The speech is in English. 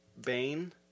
Bane